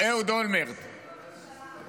כתבתי מאמרים, כתבתי תוכנית.